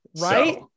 right